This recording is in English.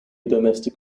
domestic